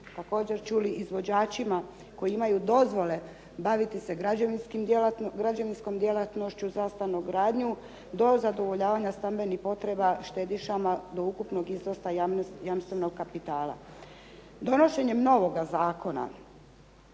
također čuli, izvođačima koji imaju dozvole baviti se građevinskom djelatnošću za stanogradnju do zadovoljavanja stambenih potreba štedišama do ukupnog iznosa jamstvenog kapitala. Donošenjem novoga zakona